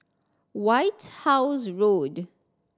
White House Road